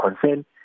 concern